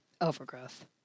overgrowth